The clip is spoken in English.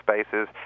spaces